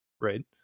Right